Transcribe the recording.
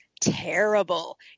terrible